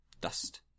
dust